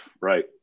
Right